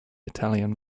italian